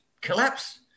collapse